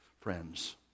friends